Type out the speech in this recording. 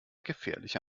gefährliche